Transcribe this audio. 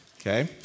okay